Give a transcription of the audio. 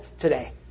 today